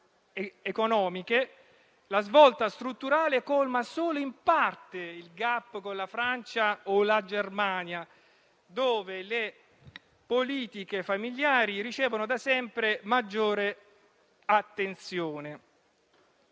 economiche, la svolta strutturale colma solo in parte il *gap* con la Francia o la Germania, dove le politiche familiari ricevono da sempre maggiore attenzione.